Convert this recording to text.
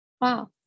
Wow